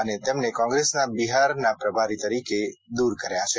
અને તેમને કોંગ્રેસના બિહાર પ્રભારી તરીકે દૂર કર્યો છે